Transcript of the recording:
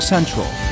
Central